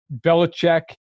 Belichick